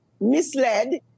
misled